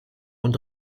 und